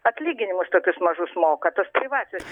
atlyginimus tokius mažus mokat už privačius